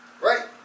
Right